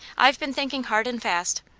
i've been thinking hard and fast.